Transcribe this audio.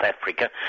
Africa